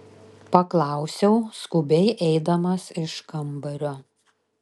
paklausiau skubiai eidamas iš kambario